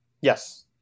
yes